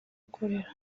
akorera